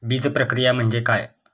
बीजप्रक्रिया म्हणजे काय?